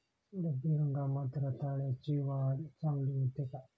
रब्बी हंगामात रताळ्याची वाढ चांगली होते का?